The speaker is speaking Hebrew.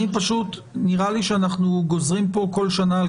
נראה לי שאנחנו גוזרים כאן כל שנה על